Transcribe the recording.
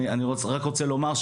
אני רק רוצה לומר,